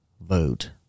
vote